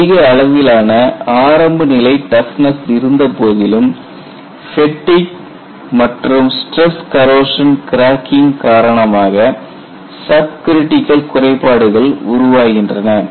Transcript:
அதிக அளவிலான ஆரம்ப நிலை டஃப்னஸ் இருந்தபோதிலும் ஃபேட்டிக் மற்றும் ஸ்டிரஸ் கரோஷன் கிராகிங் காரணமாக சப் கிரிட்டிக்கல் குறைபாடுகள் உருவாகின்றன